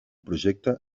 projecte